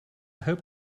hope